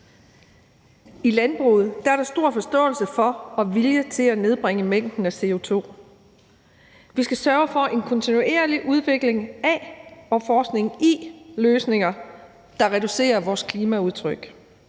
I landbruget er der stor forståelse for og vilje til at nedbringe udledningen af CO2. Vi skal sørge for en kontinuerlig udvikling af og forskning i løsninger, der reducerer vores klimaaftryk.